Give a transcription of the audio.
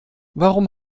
warum